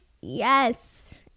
yes